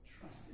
trust